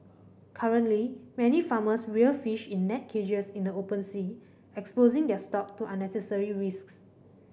currently many farmers rear fish in net cages in the open sea exposing their stock to unnecessary risks